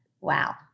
wow